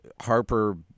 Harper